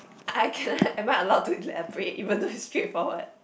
I can am I allowed to elaborate even though is straightforward